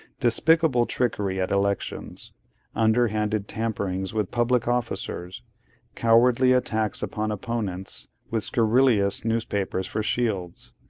despicable trickery at elections under-handed tamperings with public officers cowardly attacks upon opponents, with scurrilous newspapers for shields,